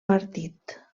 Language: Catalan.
partit